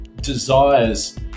desires